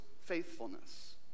faithfulness